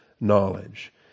knowledge